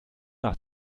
nach